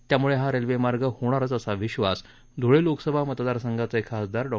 त्यामुळे हा रेल्वेमार्ग होणारच असा विश्वास धुळे लोकसभा मतदार संघाचे खासदार डॉ